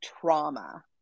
trauma